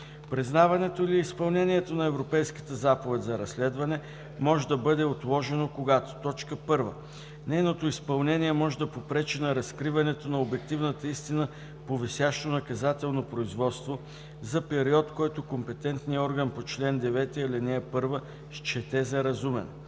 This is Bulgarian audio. Признаването или изпълнението на Европейската заповед за разследване може да бъде отложено, когато: 1. нейното изпълнение може да попречи за разкриването на обективната истина по висящо наказателно производство за период, който компетентният орган по чл. 9, ал. 1 счете за разумен;